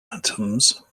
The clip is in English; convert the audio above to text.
atoms